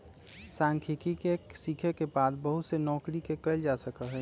सांख्यिकी के सीखे के बाद बहुत सी नौकरि के कइल जा सका हई